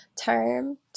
term